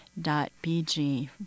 .bg